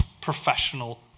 professional